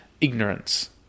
ignorance